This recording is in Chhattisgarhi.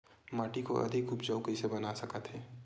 माटी को अधिक उपजाऊ कइसे बना सकत हे?